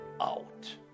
out